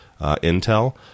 Intel